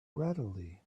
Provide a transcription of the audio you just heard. readily